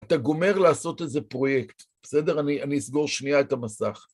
אתה גומר לעשות איזה פרויקט, בסדר? אני אסגור שנייה את המסך.